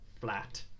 flat